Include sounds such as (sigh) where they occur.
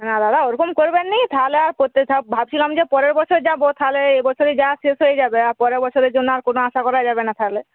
না দাদা ওরকম করবেন নি তাহলে আর (unintelligible) ভাবছিলাম যে পরের বছর যাব তাহলে এ বছরই যাওয়া শেষ হয়ে যাবে আর পরের বছরের জন্য আর কোনো আশা করা যাবে না তাহলে